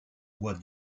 voie